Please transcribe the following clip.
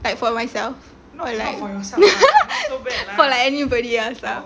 like for myself like for like anybody else lah